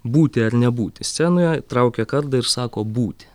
būti ar nebūti scenoje traukia kardą ir sako būti